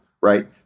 right